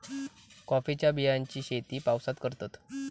कॉफीच्या बियांची शेती पावसात करतत